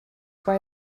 why